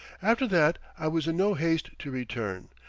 after that i was in no haste to return.